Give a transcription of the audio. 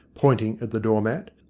pointing at the doormat.